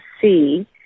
see